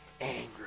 Angry